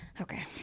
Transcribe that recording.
okay